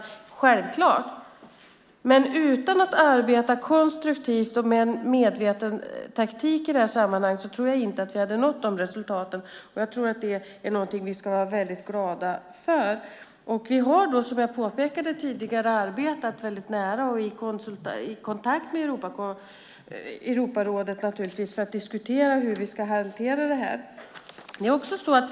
Det är självklart, men utan att arbeta konstruktivt och med en medveten taktik i det här sammanhanget tror jag inte att vi hade nått resultaten. Det är något vi ska vara glada för. Som jag påpekade tidigare har vi arbetat nära och naturligtvis haft kontakt med Europarådet för att diskutera hur vi ska hantera frågan.